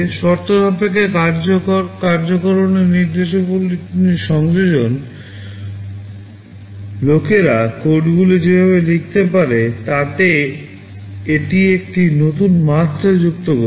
শর্তসাপেক্ষ কার্যকর নির্দেশাবলীর সংযোজন লোকেরা কোডগুলি যেভাবে লিখতে পারে তাতে এটি একটি নতুন মাত্রা যুক্ত করেছে